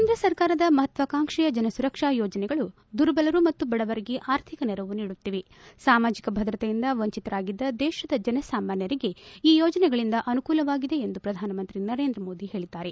ಕೇಂದ್ರ ಸರ್ಕಾರದ ಮಹತ್ವಾಕಾಂಕ್ಷೆಯ ಜನಸುರಕ್ಷಾ ಯೋಜನೆಗಳು ದುರ್ಬಲರು ಮತ್ತು ಬಡವರಿಗೆ ಆರ್ಥಿಕ ನೆರವು ನೀಡುತ್ತಿವೆ ಸಾಮಾಜಿಕ ಭದ್ರತೆಯಿಂದ ವಂಚಿತರಾಗಿದ್ದ ದೇತದ ಜನಸಾಮಾನ್ಯ ಈ ಯೋಜನೆಗಳಿಂದ ಅನುಕೂಲವಾಗಿದೆ ಎಂದು ಪ್ರಧಾನಮಂತ್ರಿ ನರೇಂದ್ರ ಮೋದಿ ಹೇಳಿದ್ದಾರೆ